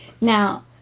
Now